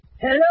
Hello